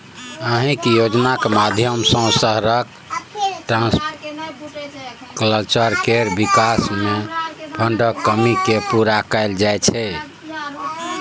अहि योजनाक माध्यमसँ शहरक इंफ्रास्ट्रक्चर केर बिकास मे फंडक कमी केँ पुरा कएल जाइ छै